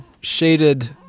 shaded